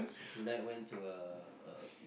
tonight went to a a